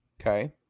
Okay